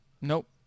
Nope